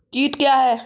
कीट क्या है?